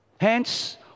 Hence